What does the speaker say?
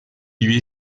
lui